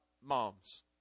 moms